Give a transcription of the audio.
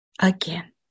Again